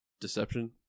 Deception